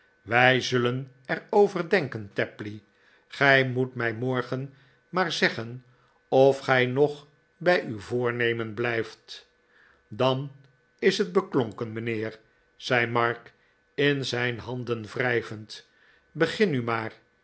wij zullen er over denken tapley gij moet mij morgen maar zeggen of gij nog bij uw voornemen blijft dan is het beklonken mijnheer zei mark in zijn handen wrijvend begin nu maar